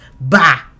Bye